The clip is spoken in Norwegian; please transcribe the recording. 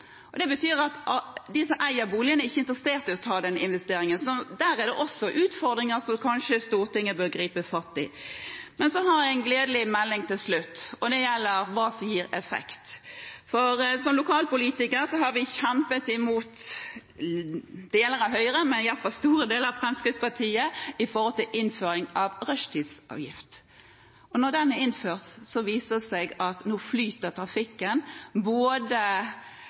Det betyr at de som eier boligen, ikke er interessert i å ta den investeringen, så der er det også utfordringer som Stortinget kanskje bør gripe fatt i. Men så har jeg en gledelig melding til slutt, og det gjelder hva som gir effekt. Som lokalpolitiker har jeg kjempet imot deler av Høyre, og iallfall store deler av Fremskrittspartiet, for innføring av rushtidsavgift, og når den nå er innført, viser det seg at trafikken flyter, både trafikken